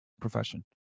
profession